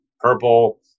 purple